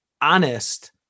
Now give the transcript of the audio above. honest